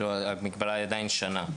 כלומר המגבלה היא עדיין שנה.